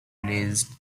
released